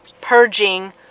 purging